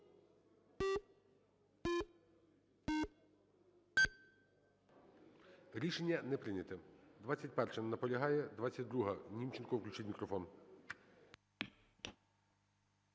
Рішення не прийнято. 35-а. Не наполягає. 36-а. Німченко включіть мікрофон.